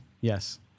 yes